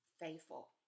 faithful